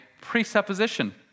presupposition